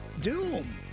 Doom